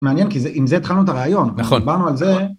מעניין כי זה עם זה התחלנו את הרעיון נכון אמרנו על זה.